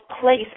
place